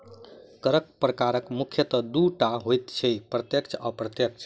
करक प्रकार मुख्यतः दू टा होइत छै, प्रत्यक्ष आ अप्रत्यक्ष